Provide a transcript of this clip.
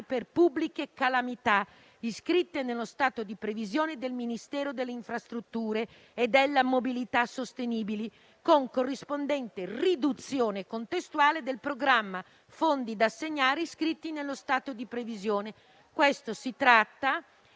per pubbliche calamità», iscritte nello stato di previsione del Ministero delle infrastrutture e della mobilità sostenibili, con corrispondente riduzione contestuale del programma «Fondi da assegnare», iscritti nello stato di previsione. Questo incremento